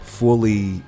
fully